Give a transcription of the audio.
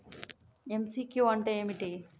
MCQ అంటే ఏమిటి?